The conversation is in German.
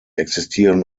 existieren